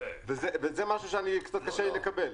וזה משהו שקצת קשה לי לקבל.